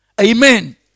Amen